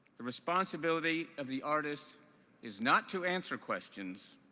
the responsibility of the artist is not to answer questions,